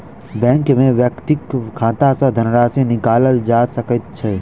bank में व्यक्तिक खाता सॅ धनराशि निकालल जा सकै छै